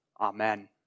Amen